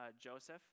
Joseph